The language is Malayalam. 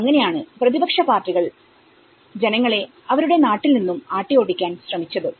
അങ്ങനെയാണ് പ്രതിപക്ഷ പാർട്ടികൾ ജനങ്ങളെ അവരുടെ നാട്ടിൽ നിന്നും ആട്ടിയോടിക്കാൻ ശ്രമിച്ചത്